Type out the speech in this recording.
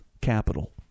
capital